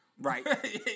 Right